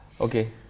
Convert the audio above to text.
Okay